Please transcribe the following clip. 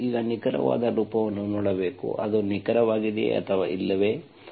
ನೀವು ಈಗ ನಿಖರವಾದ ರೂಪವನ್ನು ನೋಡಬೇಕು ಅದು ನಿಖರವಾಗಿದೆಯೇ ಅಥವಾ ಇಲ್ಲವೇ